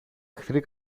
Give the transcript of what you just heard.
εχθροί